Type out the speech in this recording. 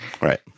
Right